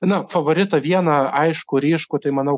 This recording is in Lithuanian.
na favoritą vieną aiškų ryškų tai manau